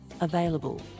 available